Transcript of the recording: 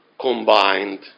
combined